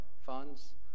funds